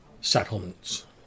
settlements